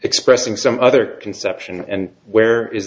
expressing some other conception and where is